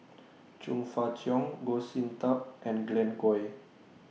Chong Fah Cheong Goh Sin Tub and Glen Goei